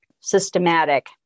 systematic